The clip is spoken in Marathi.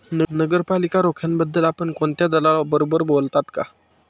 नगरपालिका रोख्यांबद्दल आपण कोणत्या दलालाबरोबर बोललात का?